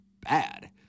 bad